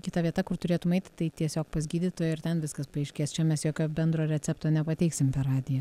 kita vieta kur turėtum eiti tai tiesiog pas gydytoją ir ten viskas paaiškės čia mes jokio bendro recepto nepateiksim per radiją